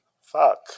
Fuck